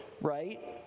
right